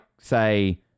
say